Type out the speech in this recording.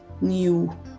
new